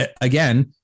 again